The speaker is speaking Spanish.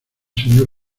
señor